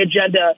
agenda